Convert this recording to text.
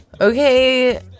Okay